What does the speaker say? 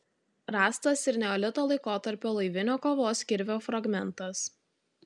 rastas ir neolito laikotarpio laivinio kovos kirvio fragmentas